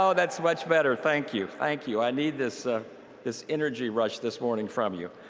so that's much better. thank you. thank you. i need this ah this energy rush this morning from you.